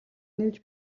нэмж